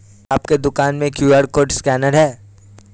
क्या आपके दुकान में क्यू.आर कोड स्कैनर है?